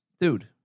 dude